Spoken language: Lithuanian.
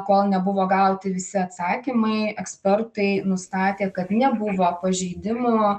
kol nebuvo gauti visi atsakymai ekspertai nustatė kad nebuvo pažeidimų